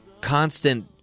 constant